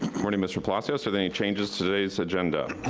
morning, mr. palacios, are there any changes to today's agenda?